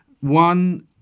One